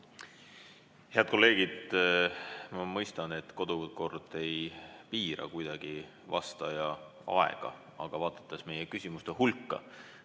Head kolleegid! Ma mõistan, et kodukord ei piira kuidagi vastaja aega, aga vaadates meie küsimuste hulka,